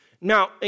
Now